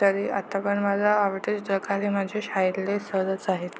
तरी आत्ता पण मला आवडीचे चित्रकार हे माझे शाळेतले सरच आहेत